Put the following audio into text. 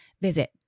visit